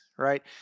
right